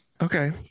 Okay